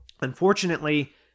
Unfortunately